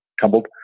tumbled